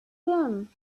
gun